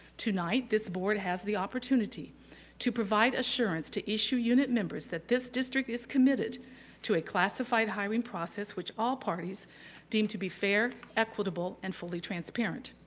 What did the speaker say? tonight, this board has the opportunity to provide assurance to issu unit members that this district is committed to a classified hiring process which all parties deem to be fair, equitable, and fully transparent.